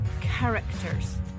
characters